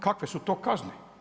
Kakve su to kazne?